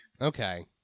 Okay